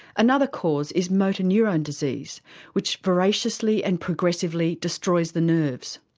another cause is motor neurone disease which voraciously and progressively destroys the nerves.